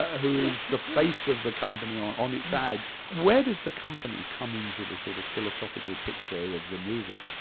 ah who is the face of the company on on its ads. where does the company come in to the sort of philosophical picture of the movie?